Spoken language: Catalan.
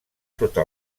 sota